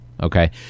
Okay